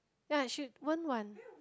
ya she Wen-Wan